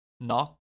Knock